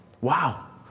Wow